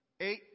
eight